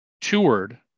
toured